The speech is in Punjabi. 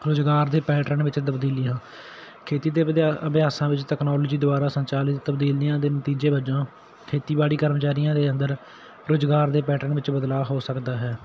ਰੁਜ਼ਗਾਰ ਦੇ ਪੈਟਰਨ ਵਿੱਚ ਤਬਦੀਲੀਆਂ ਖੇਤੀ ਦੇ ਅਵਧਿਆ ਅਭਿਆਸਾਂ ਵਿੱਚ ਤਕਨੋਲੋਜੀ ਦੁਆਰਾ ਸੰਚਾਲਿਤ ਤਬਦੀਲੀਆਂ ਦੇ ਨਤੀਜੇ ਵਜੋਂ ਖੇਤੀਬਾੜੀ ਕਰਮਚਾਰੀਆਂ ਦੇ ਅੰਦਰ ਰੁਜ਼ਗਾਰ ਦੇ ਪੈਟਰਨ ਵਿੱਚ ਬਦਲਾਅ ਹੋ ਸਕਦਾ ਹੈ